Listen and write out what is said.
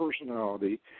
personality